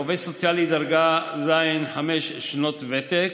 עובד סוציאלי דרגה ז', חמש שנות ותק,